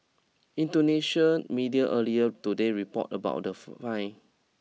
Indonesia media earlier today reported about the fine